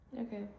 Okay